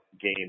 game